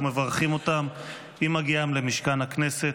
אנחנו מברכים אותם עם הגיעם למשכן הכנסת.